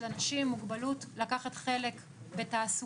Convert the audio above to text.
אנשים עם מוגבלות לקחת חלק בתעסוקה,